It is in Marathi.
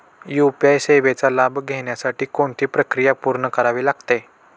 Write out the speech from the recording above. यू.पी.आय सेवेचा लाभ घेण्यासाठी कोणती प्रक्रिया पूर्ण करावी लागते?